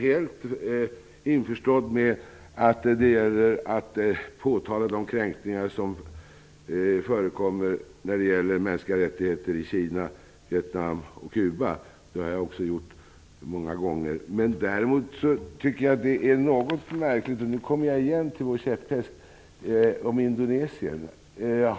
Jag är helt införstådd med nödvändigheten av att påtala de kränkningar av mänskliga rättigheter som förekommer i Kina, Vietnam och Cuba -- det har också jag gjort många gånger. Däremot tycker jag att det är något märkligt -- och nu återkommer jag till vår käpphäst -- att Indonesien inte nämns.